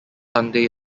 sunday